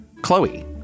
Chloe